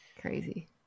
Crazy